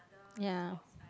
ya